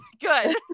Good